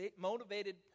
motivated